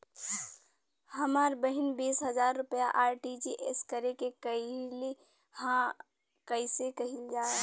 हमर बहिन बीस हजार रुपया आर.टी.जी.एस करे के कहली ह कईसे कईल जाला?